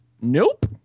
Nope